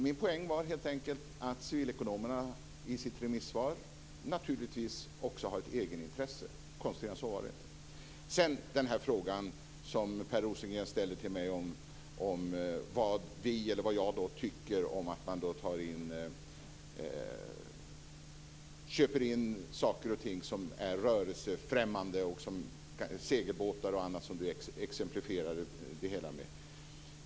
Min poäng var helt enkelt att Civilekonomerna i sitt remissvar naturligtvis också har ett egenintresse. Konstigare än så var det inte. Per Rosengren frågade vad jag och vi moderater tycker om att man köper in saker och ting som är rörelsefrämmande - segelbåtar och annat som Per Rosengren exemplifierade med.